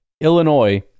Illinois